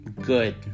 good